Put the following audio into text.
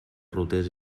rutes